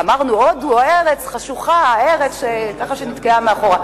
ואמרנו: הודו ארץ חשוכה, ארץ שנתקעה מאחור.